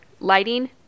lighting